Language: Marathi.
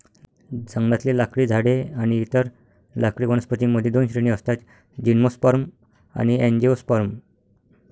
जंगलातले लाकडी झाडे आणि इतर लाकडी वनस्पतीं मध्ये दोन श्रेणी असतातः जिम्नोस्पर्म आणि अँजिओस्पर्म